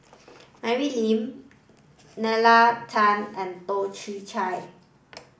Mary Lim Nalla Tan and Toh Chin Chye